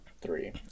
three